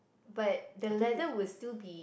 but the leather will still be